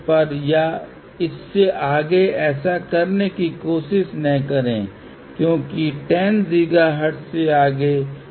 तो आप zL यहाँ पर इगिंत करते हैं अब इस विशेष मामले में यह अब अलग है आप केवल इस विशेष वृत्त के साथ नहीं जा सकते क्योंकि यह कभी भी इस विशेष वृत्त को यहां नहीं काटेगा